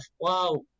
Wow